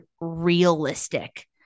realistic